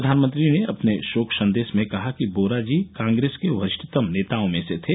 प्रधानमंत्री ने अपने शोक संदेश में कहा कि वोरा जी कांग्रेस के वरिष्ठतम नेताओं में से थे